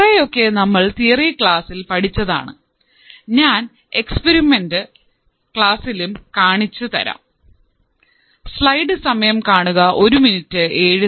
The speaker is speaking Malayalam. കുറെയൊക്കെ നമ്മൾ തിയറി ക്ലാസ്സിൽ പഠിച്ചതാണ് ഞാൻ എക്സ്പിരിമെൻറ് ക്ലാസ്സിലും കാണിച്ചു തരാം